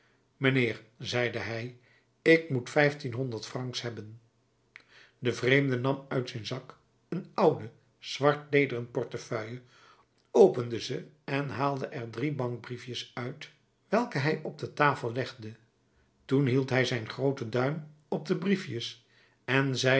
mijnheer zeide hij ik moet vijftienhonderd francs hebben de vreemde nam uit zijn zak een oude zwart lederen portefeuille opende ze en haalde er drie bankbriefjes uit welke hij op de tafel legde toen hield hij zijn grooten duim op de briefjes en zeide